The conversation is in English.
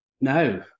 No